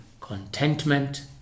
contentment